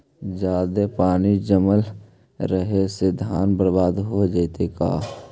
जादे पानी जमल रहे से धान बर्बाद हो जितै का?